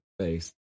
face